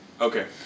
Okay